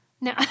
No